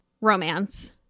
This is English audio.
romance